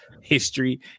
history